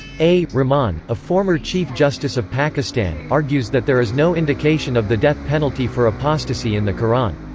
a. rahman, a former chief justice of pakistan, argues that there is no indication of the death penalty for apostasy in the qur'an.